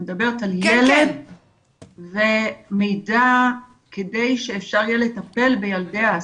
את מדברת על ילד ומידע כדי שאפשר יהיה לטפל בילדי האסירים.